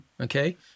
okay